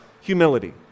humility